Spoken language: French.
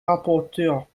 rapporteur